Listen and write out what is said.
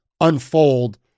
unfold